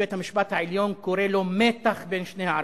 בית-המשפט העליון קורא לו מתח בין שני הערכים.